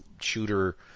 Shooter